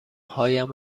هایم